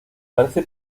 parece